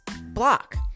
block